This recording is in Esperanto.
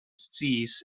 sciis